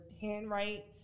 handwrite